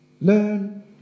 Learn